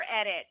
edit